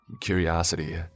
Curiosity